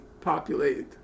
populated